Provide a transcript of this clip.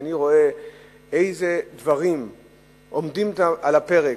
כשאני רואה איזה דברים עומדים על הפרק,